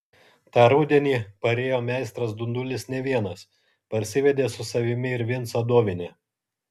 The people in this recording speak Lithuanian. tą rudenį parėjo meistras dundulis ne vienas parsivedė su savimi ir vincą dovinę